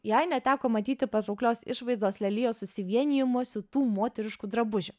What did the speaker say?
jai net teko matyti patrauklios išvaizdos lelijos susivienijimo siūtų moteriškų drabužių